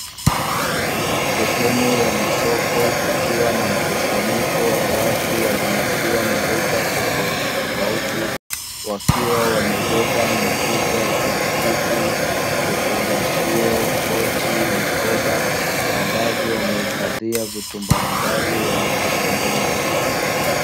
Sehemu ya masoko kukiwa na mkusanyiko wa watu wa jinsia na rika tofautitofauti; wakiwa wamebeba mifuko ya plastiki vifungashio, pochi, mikoba; ambavyo wamehifadhia vitu mbalimbali walivyonunua.